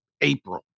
April